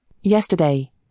Yesterday